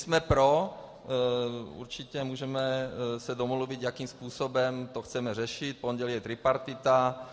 Jsme pro, určitě, můžeme se domluvit, jakým způsobem to chceme řešit, v pondělí je tripartita.